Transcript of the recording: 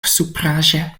supraĵe